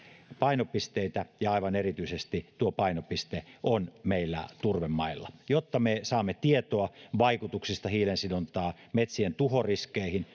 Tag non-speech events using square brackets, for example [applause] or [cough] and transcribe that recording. painopisteitä ja aivan erityisesti tuo painopiste on meillä turvemailla jotta me saamme tietoa vaikutuksista hiilensidontaan metsien tuhoriskeihin [unintelligible]